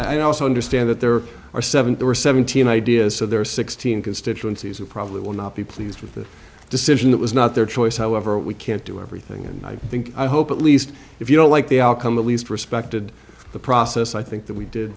i also understand that there are seven there were seventeen ideas so there are sixteen constituencies that probably will not be pleased with the decision that was not their choice however we can't do everything and i think i hope at least if you don't like the outcome at least respected the process i think that we did